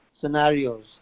scenarios